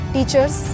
Teachers